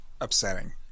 upsetting